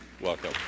welcome